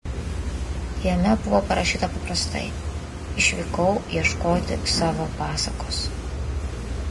jame buvo parašyta paprastai išvykau ieškoti savo pasakos